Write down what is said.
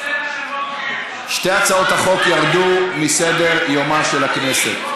שתי הצעות החוק ירדו מסדר-יומה של הכנסת.